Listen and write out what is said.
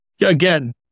again